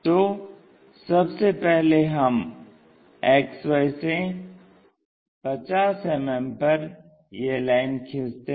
तो सबसे पहले हम XY से 50 मिमी पर यह लाइन खींचते हैं